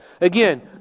again